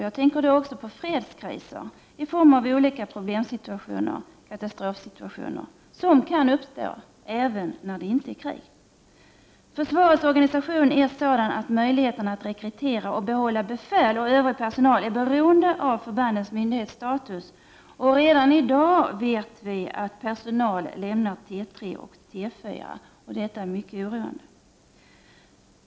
Jag tänker då också på fredskriser i form av olika problemsituationer och katastrofsituationer som kan uppstå även när det inte är krig. Försvarets organisation är sådan att möjligheterna att rekrytera och behålla befäl och övrig personal är beroende av förbandens myndighetsstatus. Redan i dag lämnar personal T 3 och T 4, och detta är mycket oroande.